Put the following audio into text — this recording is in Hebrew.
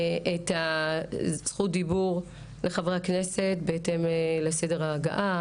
אני מעבירה את זכות הדיבור לחברי הכנסת בהתאם לסדר הגעתם.